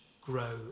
grow